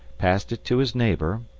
passed it to his neighbour,